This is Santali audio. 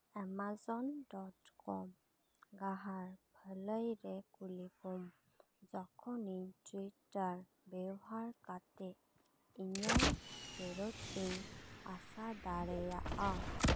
ᱮᱢᱟᱡᱚᱱ ᱰᱚᱴᱠᱚᱢ ᱜᱟᱦᱟᱨ ᱵᱷᱟᱹᱞᱟᱹᱭ ᱨᱮ ᱠᱩᱞᱤ ᱠᱚᱢ ᱡᱚᱠᱷᱚᱱᱤᱧ ᱴᱩᱭᱤᱴᱟᱨ ᱵᱮᱣᱦᱟᱨ ᱠᱟᱛᱮ ᱤᱧᱟᱹᱝ ᱯᱷᱮᱨᱚᱛ ᱤᱧ ᱟᱥᱟ ᱫᱟᱲᱮᱭᱟᱜᱼᱟ